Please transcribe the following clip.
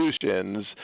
solutions